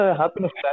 happiness